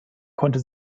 konnte